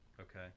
Okay